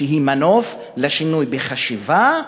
שהוא מנוף לשינוי בחשיבה,